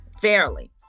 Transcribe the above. fairly